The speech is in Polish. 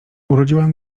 urodziłam